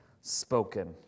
spoken